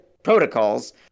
protocols